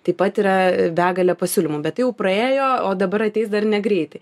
taip pat yra begalė pasiūlymų bet jau praėjo o dabar ateis dar negreitai